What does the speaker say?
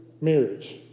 marriage